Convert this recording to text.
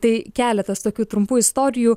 tai keletas tokių trumpų istorijų